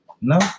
no